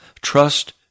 Trust